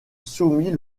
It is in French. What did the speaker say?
soumit